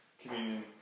communion